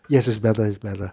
yes it's better is better